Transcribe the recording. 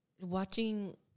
watching